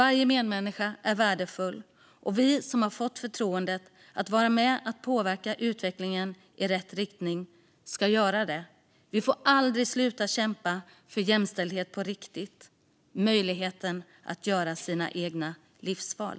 Varje medmänniska är värdefull, och vi som har fått förtroendet att vara med och påverka utvecklingen i rätt riktning ska göra det. Vi får aldrig sluta kämpa för jämställdhet på riktigt och för möjligheten att göra sina egna livsval.